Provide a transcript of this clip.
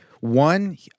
one